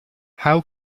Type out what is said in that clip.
how